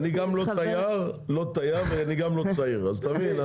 אני גם לא תייר וגם לא צעיר, אתה מבין?